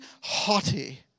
haughty